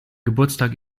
geburtstag